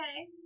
okay